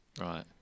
Right